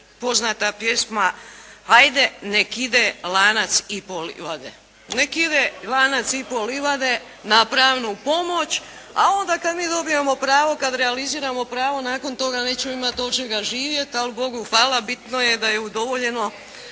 poznata pjesma "ajde nek' ide lanac i po livade". Nek ide "lanac i po livade" na pravnu pomoć, a onda kada mi dobijemo pravo, kada realiziramo pravo nakon toga nećemo imati od čega živjeti, ali Bogu hvala bitno je da je udovoljeno